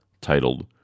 titled